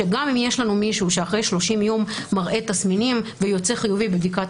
שגם אם יש לנו מישהו שאחרי 30 יום מראה תסמינים ויוצא חיובי בבדיקת